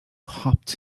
hopped